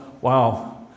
wow